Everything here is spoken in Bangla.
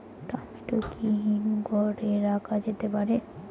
টমেটো কি হিমঘর এ রাখা যেতে পারে?